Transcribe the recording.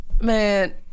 Man